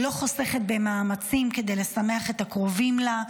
היא לא חוסכת במאמצים כדי לשמח את הקרובים לה,